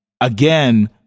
again